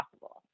possible